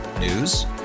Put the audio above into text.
News